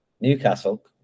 newcastle